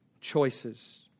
choices